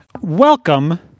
welcome